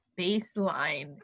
baseline